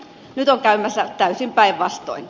nyt on käymässä täysin päinvastoin